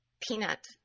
peanut